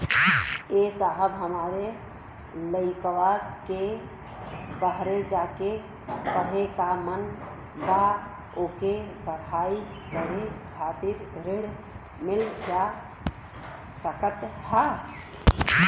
ए साहब हमरे लईकवा के बहरे जाके पढ़े क मन बा ओके पढ़ाई करे खातिर ऋण मिल जा सकत ह?